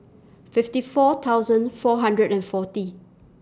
fifty four thousand four hundred and forty